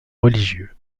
religieux